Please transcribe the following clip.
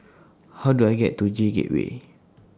How Do I get to J Gateway